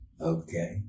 Okay